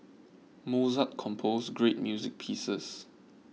Mozart composed great music pieces